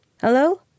Hello